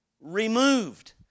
removed